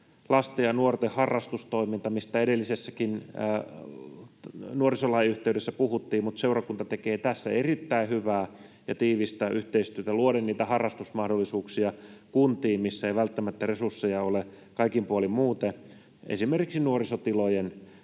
Lasten ja nuorten harrastustoiminnassa, mistä edellisessäkin kohdassa nuorisolain yhteydessä puhuttiin, seurakunta tekee erittäin hyvää ja tiivistä yhteistyötä luoden harrastusmahdollisuuksia kuntiin, missä ei välttämättä resursseja ole kaikin puolin muuten, esimerkiksi nuorisotilojen